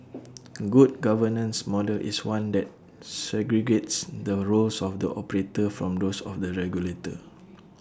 A good governance model is one that segregates the roles of the operator from those of the regulator